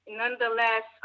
nonetheless